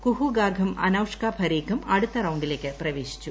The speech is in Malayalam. കുഹു ഗാർഗും അനൌഷ്ക പരീഖും അടുത്ത റൌണ്ടിലേക്ക് പ്രവേശിച്ചു